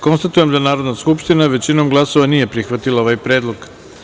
Konstatujem da Narodna skupština, većinom glasova, nije prihvatila ovaj predlog.